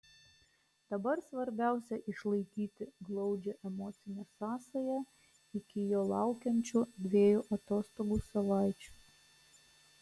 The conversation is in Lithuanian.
dabar svarbiausia išlaikyti glaudžią emocinę sąsają iki jo laukiančių dviejų atostogų savaičių